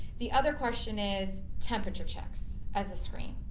the other question is temperature checks as a screen.